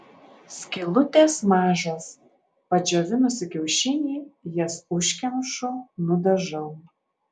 skylutės mažos padžiovinusi kiaušinį jas užkemšu nudažau